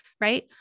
Right